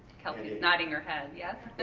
kelsey's nodding her head, yeah.